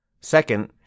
Second